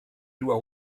doit